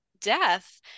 death